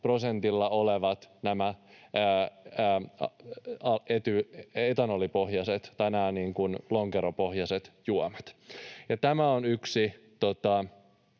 prosentilla olevat lonkeropohjaiset juomat. Tämä on yksi